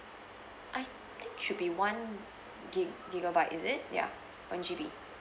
I think should be one gig~ gigabyte is it ya one G_B